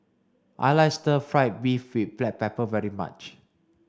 I like stir fried beef with black pepper very much